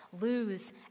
lose